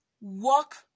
Walk